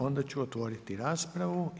Onda ću otvoriti raspravu.